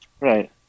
Right